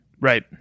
Right